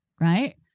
Right